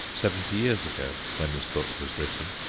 seventy years ago, when this book was written.